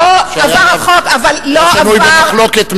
עבר החוק, זה היה שנוי מאוד במחלוקת.